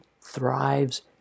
thrives